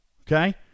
Okay